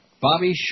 Bobby